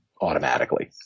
automatically